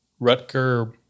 Rutger